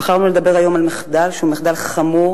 בחרנו לדבר היום על מחדל שהוא מחדל חמור.